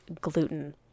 gluten